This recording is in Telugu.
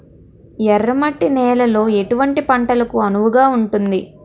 ఎర్ర మట్టి నేలలో ఎటువంటి పంటలకు అనువుగా ఉంటుంది?